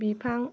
बिफां